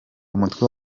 umutwe